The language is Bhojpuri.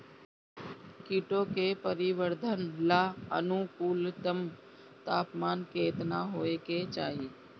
कीटो के परिवरर्धन ला अनुकूलतम तापमान केतना होए के चाही?